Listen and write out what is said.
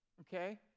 okay